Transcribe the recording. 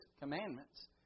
commandments